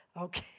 Okay